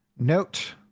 note